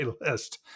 list